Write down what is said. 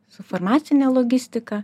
su farmacine logistika